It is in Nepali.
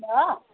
ल